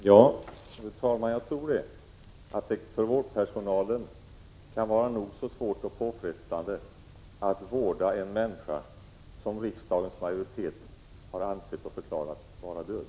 Fru talman! Jag tror att det kan vara nog så svårt för vårdpersonalen att vårda en människa som riksdagens majoritet har ansett och förklarat som död.